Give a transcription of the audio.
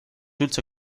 üldse